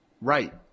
right